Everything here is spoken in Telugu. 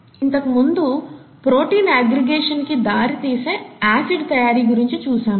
ఇంతకు ముందు ప్రోటీన్ అగ్గ్రిగేషన్ కి దారి తీసే ఆసిడ్ తయారీ గురించి చూసాము